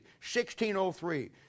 1603